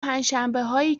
پنجشنبههایی